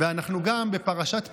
ואנחנו גם בפרשת פינחס,